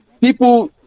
people